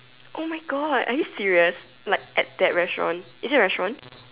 oh my God are you serious like at that restaurant is it a restaurant